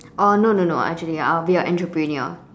or no no no actually I'll be a entrepreneur